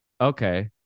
Okay